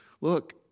look